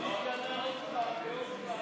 זה ייגרר עוד פעם ועוד פעם ועוד פעם.